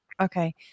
Okay